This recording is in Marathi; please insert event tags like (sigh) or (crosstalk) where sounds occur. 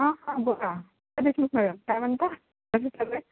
हां हां बोला (unintelligible) मॅडम काय म्हणता (unintelligible)